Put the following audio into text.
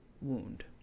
wound